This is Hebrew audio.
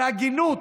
זה הגינות,